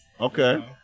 Okay